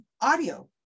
audio